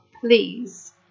please